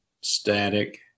static